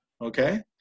Okay